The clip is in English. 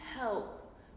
help